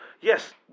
Yes